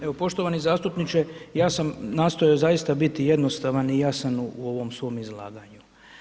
Evo poštovani zastupniče, ja sam nastajao zaista biti jednostavan i jasan u ovom svom izlaganju.